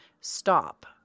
stop